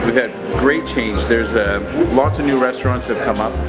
had great change. there're lots of new restaurants have come up.